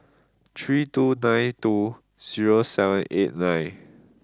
three two nine two zero seven eight nine